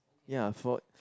ya for